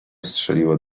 strzeliło